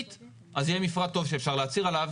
עד לפני האסון בכרמל,